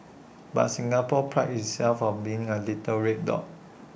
but Singapore prides itself on being A little red dot